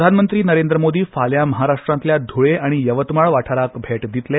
प्रधानमंत्री नरेंद्र मोदी फाल्या महाराश्ट्रातल्या धुळे आनी यवतमाळ वाठाराक भैट दितले